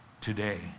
today